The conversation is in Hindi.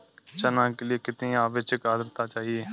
चना के लिए कितनी आपेक्षिक आद्रता चाहिए?